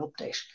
update